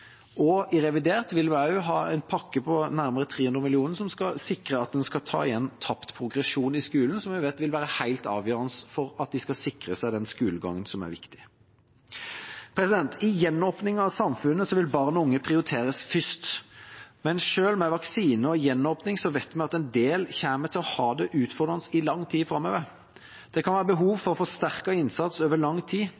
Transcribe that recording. og til barne- og ungdomspsykiatrien. I revidert vil vi også ha en pakke på nærmere 300 mill. kr som skal sikre at en skal ta igjen tapt progresjon i skolen, som vi vet vil være helt avgjørende for at en skal sikre seg den skolegangen som er viktig. I gjenåpningen av samfunnet vil barn og unge prioriteres først, men selv med vaksiner og gjenåpning vet vi at en del kommer til å ha det utfordrende i lang tid framover. Det kan være behov